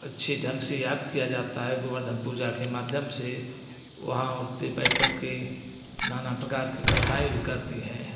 अच्छे ढंग से याद किया जाता है गोबर्धन पूजा के माध्यम से वहाँ औरतें बैठ करके नाना प्रकार के कथाएँ भी करती हैं